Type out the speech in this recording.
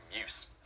use